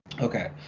Okay